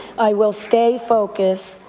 i will stay focused,